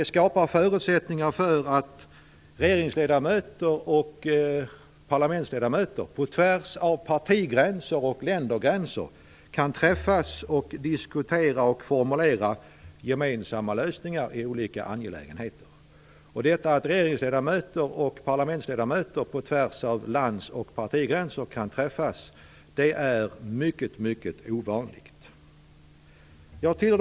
Det skapar förutsättningar för att regeringsledamöter och parlamentsledamöter tvärs över partigränser och landsgränser kan träffas, diskutera och formulera gemensamma lösningar i fråga om olika angelägenheter. Att regerings och parlamentsledamöter kan träffas tvärs över lands och partigränser är mycket, mycket ovanligt. Fru talman!